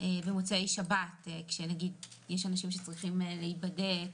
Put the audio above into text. במוצאי שבת כשיש אנשים שצריכים להיבדק